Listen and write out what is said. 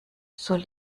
soll